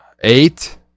Eight